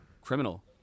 criminal